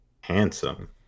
Handsome